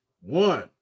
one